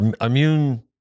immune